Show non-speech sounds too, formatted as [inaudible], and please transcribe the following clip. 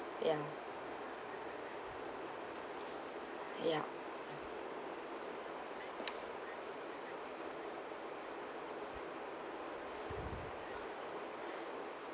[breath] ya ya